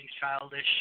childish